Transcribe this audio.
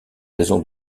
raison